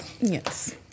Yes